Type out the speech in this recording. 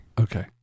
Okay